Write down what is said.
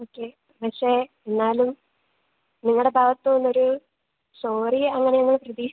okay പക്ഷേ എന്നാലും നിങ്ങളുടെ ഭാഗത്തുനിന്നുമൊരു സോറി അങ്ങനെ ഞങ്ങൾ പ്രതീക്ഷിച്ചു